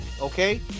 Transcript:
okay